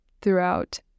throughout